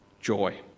joy